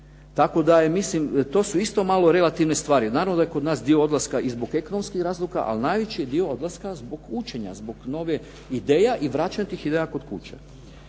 Tako da je, mislim to su isto malo relativne stvari. Naravno da je kod nas dio odlaska i zbog ekonomskih razloga, a najveći je dio odlaska zbog učenja, zbog novih ideja i vraćanje tih ideja kod kuće.